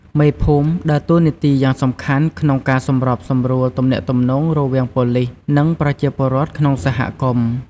មេភូមិដើរតួនាទីយ៉ាងសំខាន់ក្នុងការសម្របសម្រួលទំនាក់ទំនងរវាងប៉ូលីស និងប្រជាពលរដ្ឋក្នុងសហគមន៍។